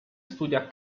studia